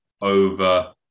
over